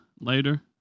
later